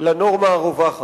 לנורמה הרווחת.